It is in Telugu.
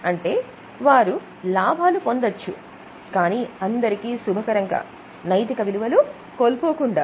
అంటే వారు లాభాలు పొందొచ్చు కానీ నైతిక విలువలు కోల్పోకుండా